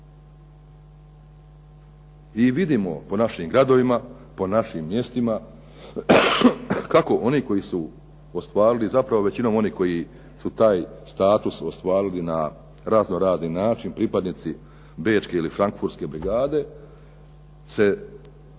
I vidimo po našim gradovima, po našim mjestima, zapravo većina onih koji su taj status ostvarili na razno-razni način pripadnici Bečke ili Frankfurtske brigade, koji su dakle